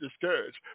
discouraged